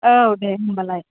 औ दे होनबालाय